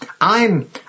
I'm